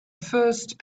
first